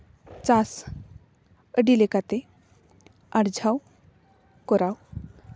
ᱪᱟᱥ ᱟᱹᱰᱤ ᱞᱮᱠᱟᱛᱮ ᱟᱨᱡᱟᱣ ᱠᱚᱨᱟᱣ